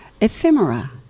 ephemera